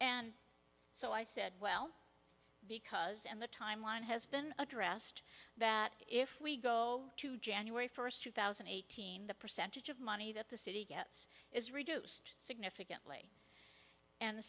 and so i said well because and the timeline has been addressed that if we go to january first two thousand and eighteen the percentage of money that the city gets is reduced significantly and